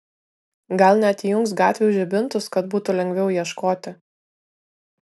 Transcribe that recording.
gal net įjungs gatvių žibintus kad būtų lengviau ieškoti